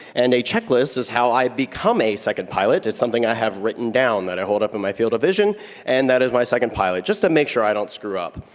and a checklist is how i become a second pilot, it's something i have written down that i hold up in my field of vision and that is my second pilot, just to make sure i don't screw up.